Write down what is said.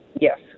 Yes